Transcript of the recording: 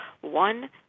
One